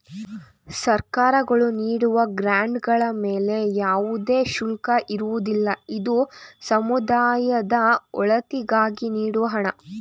ಸರ್ಕಾರಗಳು ನೀಡುವ ಗ್ರಾಂಡ್ ಗಳ ಮೇಲೆ ಯಾವುದೇ ಶುಲ್ಕ ಇರುವುದಿಲ್ಲ, ಇದು ಸಮುದಾಯದ ಒಳಿತಿಗಾಗಿ ನೀಡುವ ಹಣ